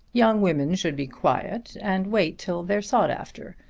young women should be quiet and wait till they're sought after.